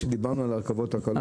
שדיברנו על הרכבות הקלות.